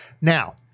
Now